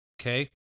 Okay